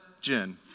Jen